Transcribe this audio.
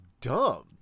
dumb